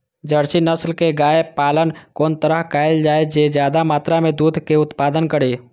Jersey नस्ल के गाय के पालन कोन तरह कायल जाय जे ज्यादा मात्रा में दूध के उत्पादन करी?